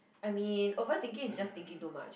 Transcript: I mean overthinking is just thinking too much